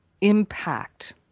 impact